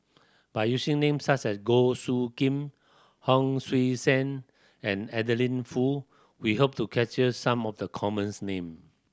by using name such as Goh Soo Khim Hon Sui Sen and Adeline Foo we hope to capture some of the common's name